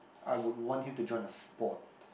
I would want him to join a sport